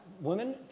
women